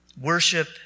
worship